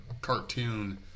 cartoon